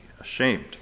ashamed